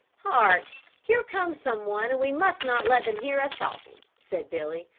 hark, here comes some one and we must not let them hear us talking, said billy,